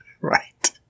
Right